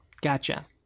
Gotcha